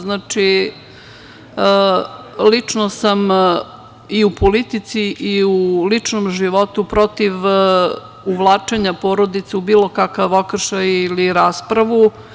Znači, lično sam i u politici i u ličnom životu protiv uvlačenja porodice u bilo kakav okršaj ili raspravu.